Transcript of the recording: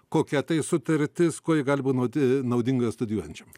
kokia tai sutartis kuo ji gali būti naudinga studijuojančiam